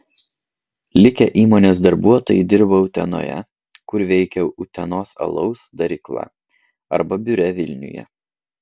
likę įmonės darbuotojai dirba utenoje kur veikia utenos alaus darykla arba biure vilniuje